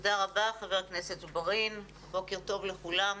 תודה רבה, חבר הכנסת ג'בארין, בוקר טוב לכולם.